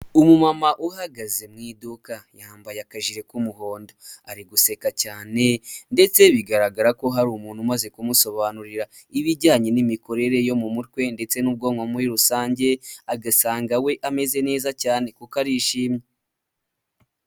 Umumama uhagaze mu iduka yambaye akaji k'umuhondo, ari guseka cyane ndetse bigaragara ko hari umuntu umaze kumusobanurira ibijyanye n'imikorere yo mu mutwe ndetse n'ubwonko muri rusange, agasanga we ameze neza cyane kuko ari ishimye.